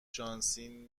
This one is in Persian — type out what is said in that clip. شانسی